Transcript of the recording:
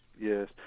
yes